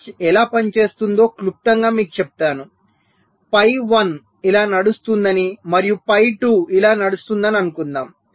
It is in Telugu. ఇది ఎలా పనిచేస్తుందో క్లుప్తంగా మీకు చెప్తాను ఫై 1 ఇలా నడుస్తుందని మరియు ఫై 2 ఇలా నడుస్తుందని అనుకుందాం